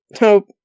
Nope